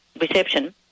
reception